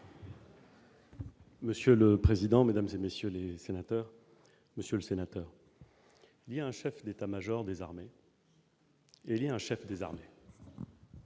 Monsieur le président, Mesdames et messieurs les sénateurs, Monsieur le Sénateur, il y a un chef d'État-Major des armées. Il a un chef des armées.